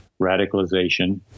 radicalization